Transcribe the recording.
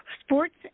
Sports